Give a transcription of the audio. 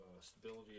stability